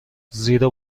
زیرا